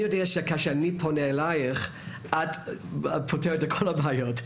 אני יודע שכאשר אני פונה אליך את פותרת את כל הבעיות,